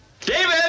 David